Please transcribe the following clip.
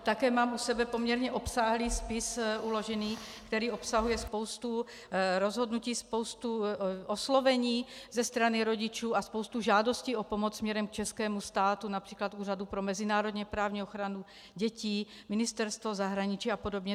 Také mám u sebe poměrně obsáhlý spis, uložený, který obsahuje spoustu rozhodnutí, spoustu oslovení ze strany rodičů a spoustu žádostí o pomoc směrem k českému státu, například Úřadu pro mezinárodněprávní ochranu dětí, Ministerstvo zahraničí a podobně.